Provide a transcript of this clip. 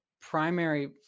primary